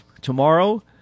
tomorrow